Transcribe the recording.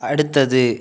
அடுத்தது